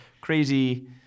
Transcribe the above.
crazy